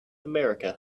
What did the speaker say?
america